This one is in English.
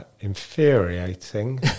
Infuriating